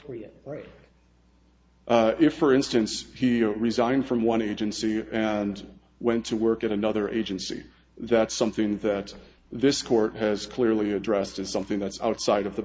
for you right here for instance he resigned from one agency and went to work at another agency that's something that this court has clearly addressed as something that's outside of the